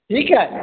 ठीक है